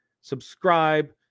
subscribe